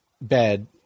bed